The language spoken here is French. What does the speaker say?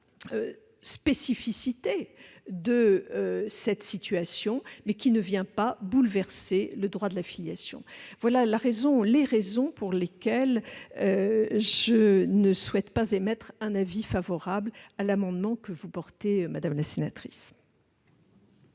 spécificité de cette situation, mais qui ne vient pas bouleverser le droit de la filiation. Telles sont les raisons pour lesquelles je ne souhaite pas émettre un avis favorable sur l'amendement que vous portez, madame Primas.